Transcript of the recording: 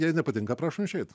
jei nepatinka prašom išeit